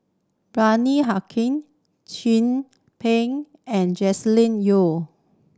Bani Haykal Chin Peng and Joscelin Yeo